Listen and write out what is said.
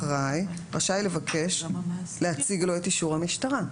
אחראי רשאי לבקש להציג לו את אישור המשטרה.